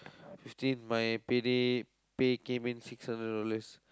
fifteen my pay day pay came in six hundred dollars